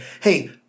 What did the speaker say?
Hey